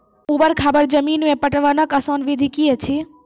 ऊवर खाबड़ जमीन मे पटवनक आसान विधि की ऐछि?